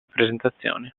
presentazioni